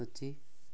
ହଉଛି